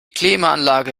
klimaanlage